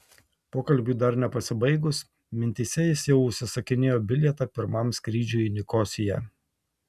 pokalbiui dar nepasibaigus mintyse jis jau užsisakinėjo bilietą pirmam skrydžiui į nikosiją